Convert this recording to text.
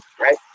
right